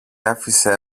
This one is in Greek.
άφησε